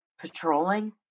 Patrolling